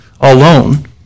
alone